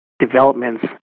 Developments